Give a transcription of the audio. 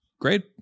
Great